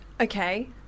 Okay